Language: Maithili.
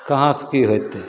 कहाँसँ की होयतै